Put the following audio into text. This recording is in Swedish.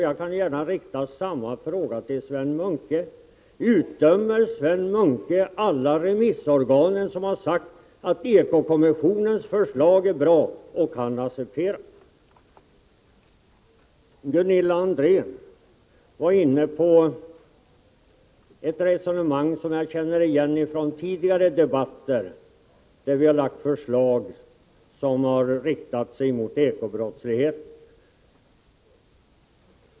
Jag kan gärna rikta samma fråga till Sven Munke: Utdömer ni alla remissorgan som har sagt att ekokommissionens förslag är bra och kan accepteras? Gunilla André var inne på ett resonemang som jag känner igen från tidigare debatter då vi har lagt fram förslag som har riktat sig mot ekobrottsligheten.